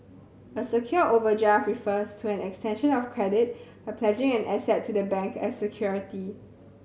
a secured overdraft refers to an extension of credit by pledging an asset to the bank as security